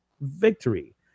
victory